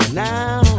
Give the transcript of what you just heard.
now